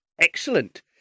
Excellent